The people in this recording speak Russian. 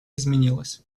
изменилась